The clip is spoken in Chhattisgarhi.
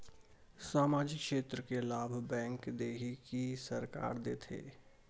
सामाजिक क्षेत्र के लाभ बैंक देही कि सरकार देथे?